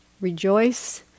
rejoice